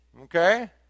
Okay